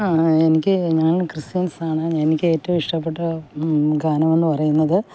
എനിക്ക് ഞാൻ ക്രിസ്ത്യൻസാണ് എനിക്ക് ഏറ്റവും ഇഷ്ടപ്പെട്ട ഗാനം എന്നു പറയുന്നത്